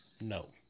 No